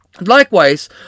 Likewise